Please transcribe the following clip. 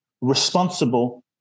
responsible